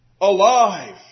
alive